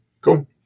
Cool